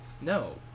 No